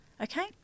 okay